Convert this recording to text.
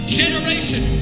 generation